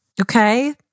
Okay